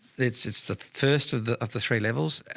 it's, it's the first of the, of the three levels. and